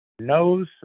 knows